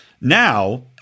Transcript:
Now